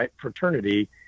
fraternity